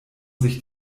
sich